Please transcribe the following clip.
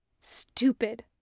Stupid